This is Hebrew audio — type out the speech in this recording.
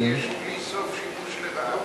יש בלי סוף שימוש לרעה,